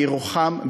בירוחם,